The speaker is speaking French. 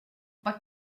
pas